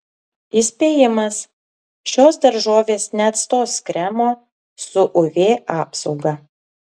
įspėjimas šios daržovės neatstos kremo su uv apsauga